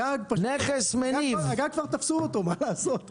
הגג כבר תפסו אותו, מה לעשות.